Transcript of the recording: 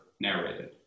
narrated